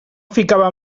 ficava